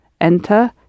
Enter